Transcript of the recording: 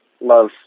love